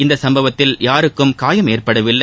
இந்த சம்பவத்தில் யாருக்கும் காயம் ஏற்படவில்லை